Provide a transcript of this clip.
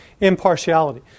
impartiality